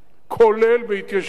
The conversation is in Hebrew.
כולל בהתיישבות,